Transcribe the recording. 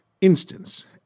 instance